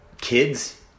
kids